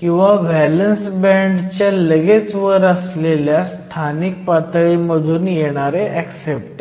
किंवा valence band च्या लगेच वर असलेल्या स्थानिक पातळीमधून येणारे ऍक्सेप्टर